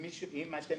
אם אתם